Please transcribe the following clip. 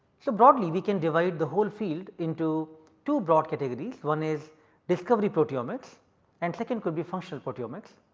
so, broadly we can divide the whole field into two broad categories one is discovery proteomics and second could be functional proteomics.